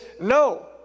No